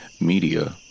media